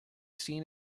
seen